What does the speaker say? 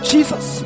Jesus